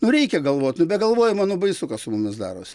nu reikia galvot nu be galvojimo nu baisu kas su mumis daros